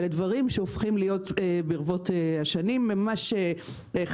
אלה דברים שהופכים להיות ברבות השנים חלק